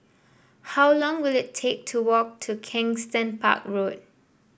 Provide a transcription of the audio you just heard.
how long will it take to walk to Kensington Park Road